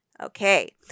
Okay